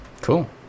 Cool